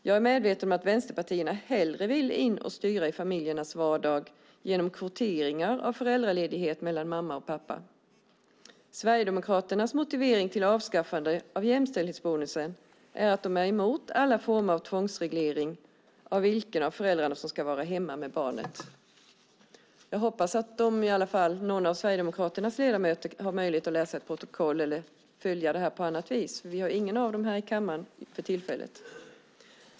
Jag är medveten om att vänsterpartierna hellre vill in och styra i familjernas vardag genom kvoteringar av föräldraledigheten mellan mamma och pappa. Sverigedemokraternas motivering till ett avskaffande av jämställdhetsbonusen är att de är emot alla former av tvångsregleringen av vilken av föräldrarna som ska vara hemma med barnet. Jag hoppas att någon av Sverigedemokraternas ledamöter har möjlighet att läsa protokollet eller följa det här på annat vis, för vi har inte någon av dem här i kammaren för tillfället.